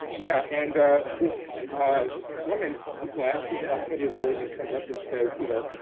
yeah, and this woman, she's black, she's about ten years older than me comes up and says, you know,